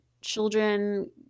children